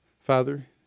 Father